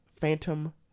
Phantom